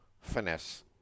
Finesse